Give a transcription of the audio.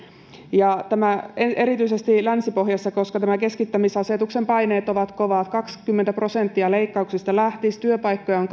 ja tämä erityisesti länsi pohjassa koska tämän keskittämisasetuksen paineet ovat kovat kaksikymmentä prosenttia leikkauksista lähtisi työpaikkoja on